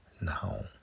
Now